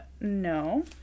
No